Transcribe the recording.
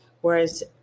whereas